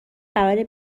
قراره